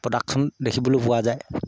production দেখিবলৈ পোৱা যায়